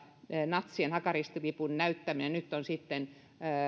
natsien hakaristilipun näyttämisen on nyt